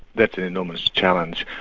that's an enormous challenge.